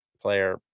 Player